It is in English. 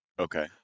Okay